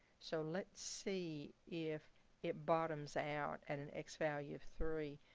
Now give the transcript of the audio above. so let's see if it bottoms out at an x value of three,